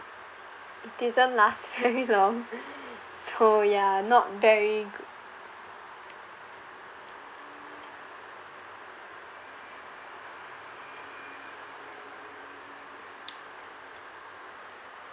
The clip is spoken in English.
it didn't last very long so ya not very good